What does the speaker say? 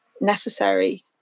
necessary